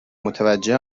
متوجه